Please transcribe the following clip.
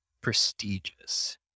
prestigious